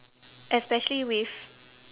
especially with